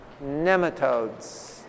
nematodes